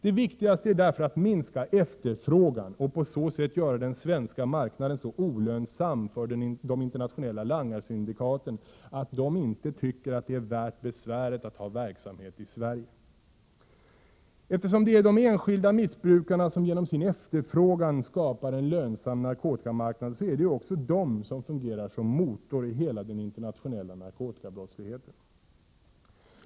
Det viktigaste är därför att minska efterfrågan och på så sätt göra den svenska marknaden så olönsam för de internationella langarsyndikaten att de inte tycker att det är ”värt besväret” att ha verksamhet i Sverige. Eftersom det är de enskilda missbrukarna som genom sin efterfrågan skapar en lönsam narkotikamarknad, är det ju också de som fungerar som motor i hela den internationella narkotikabrottsligheten.